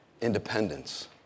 Independence